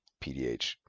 PDH